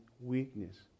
weakness